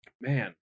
Man